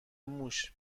موش